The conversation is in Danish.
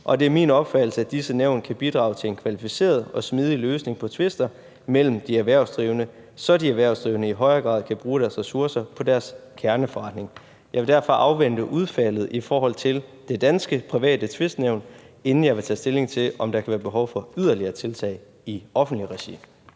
og det er min opfattelse, at disse nævn kan bidrage til en kvalificeret og smidig løsning på tvister mellem de erhvervsdrivende, så de erhvervsdrivende i højere grad kan bruge deres ressourcer på deres kerneforretning. Jeg vil derfor afvente udfaldet i forhold det danske private tvistnævn, inden jeg vil tage stilling til, om der kan være behov for yderligere tiltag i offentligt regi.